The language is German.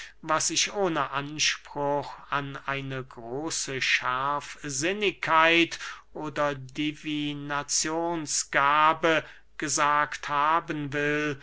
was ich ohne anspruch an eine große scharfsinnigkeit oder divinazionsgabe gesagt haben will